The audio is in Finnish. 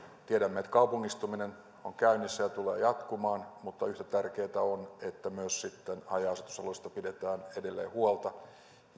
tiedämme että kaupungistuminen on käynnissä ja tulee jatkumaan mutta yhtä tärkeätä on että myös haja asutusalueista pidetään edelleen huolta